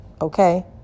Okay